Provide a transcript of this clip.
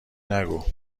نگو